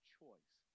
choice